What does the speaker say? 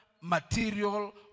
material